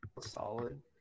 solid